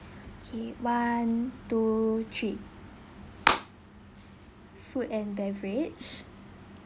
okay one two three food and beverage